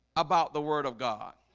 about the word of god